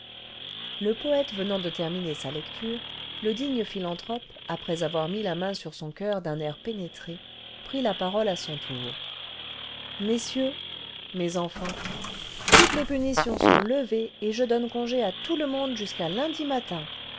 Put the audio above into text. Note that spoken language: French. le poète venant de terminer sa lecture le digne philanthrope après avoir mis la main sur sou coeur d'un air pénétré prit la parole à son tour le vingtième siècle ce messieurs mes enfants toutes les punitions sont levées et je donne congé à tout le monde jusqu'à lundi matin